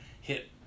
hit